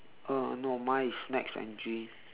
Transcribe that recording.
uh no mine is snacks and drinks